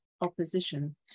opposition